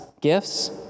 gifts